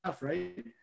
right